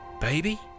baby